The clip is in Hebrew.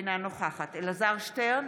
אינה נוכחת אלעזר שטרן,